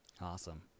Awesome